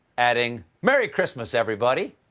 adding, merry christmas, everybody!